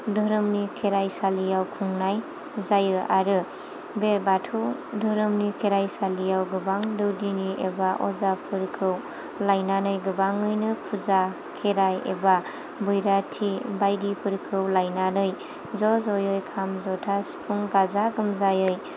धोरोमनि खेराइ सालियाव खुंनाय जायो आरो बे बाथौ धोरोमनि खेरायसालियाव गोबां दौदिनि एबा अजाफोरखौ लाइनानै गोबाङैनो फुजा खेराइ एबा बैराथि बायदिफोरखौ लाइनानै ज' जयै खाम ज'था सिफुं गाजा गोमजायै